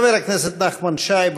חבר הכנסת נחמן שי,